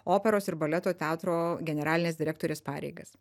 operos ir baleto teatro generalinės direktorės pareigas